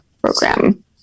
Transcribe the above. program